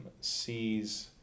sees